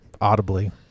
audibly